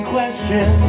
question